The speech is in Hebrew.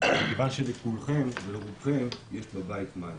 כיוון שלרובכם יש בבית מאיה.